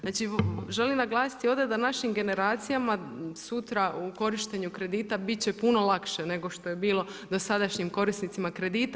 Znači želi naglasiti ovdje da našim generacijama sutra u korištenju kredita biti će puno lakše nego što je bilo dosadašnjim korisnicima kredita.